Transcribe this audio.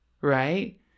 right